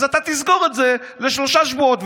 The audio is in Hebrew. אז אתה תסגור את זה לשלושה שבועות.